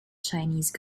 chinese